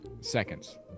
Seconds